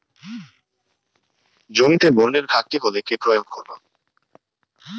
জমিতে বোরনের ঘাটতি হলে কি প্রয়োগ করব?